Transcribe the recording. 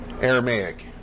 Aramaic